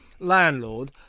landlord